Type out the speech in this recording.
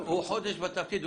הוא חודש בתפקיד.